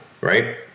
Right